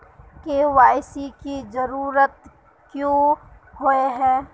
KYC की जरूरत क्याँ होय है?